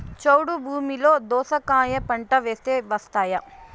చౌడు భూమిలో దోస కాయ పంట వేస్తే వస్తాయా?